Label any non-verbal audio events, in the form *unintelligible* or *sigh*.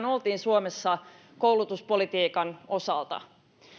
*unintelligible* oltiin suomessa pitkään koulutuspolitiikan osalta